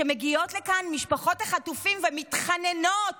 כשמגיעות לכאן משפחות החטופים ומתחננות